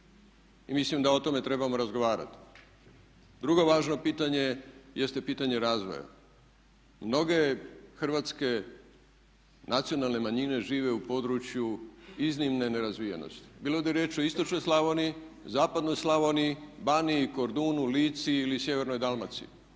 Mislim da o tome trebamo razgovarati. Drugo važno pitanje jeste pitanje razvoja. Mnoge hrvatske nacionalne manjine žive u području iznimne nerazvijenosti, bilo da je riječ o istočnoj Slavoniji, zapadnoj Slavoniji, Baniji, Kordunu, Lici ili sjevernoj Dalmaciji.